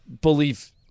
belief